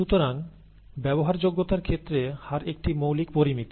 সুতরাং ব্যবহার যোগ্যতার ক্ষেত্রে হার একটি মৌলিক পরিমিতি